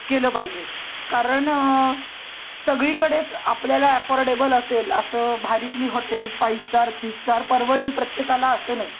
केलं पाहिजे कारण सगळीकडेच आपल्याला ॲफोर्डेबल असेल असं भारीतली hotels five star three star परवडेल प्रत्येकाला असं नाही